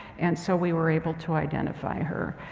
and so we were able to identify her.